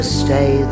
stay